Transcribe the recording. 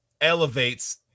elevates